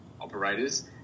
operators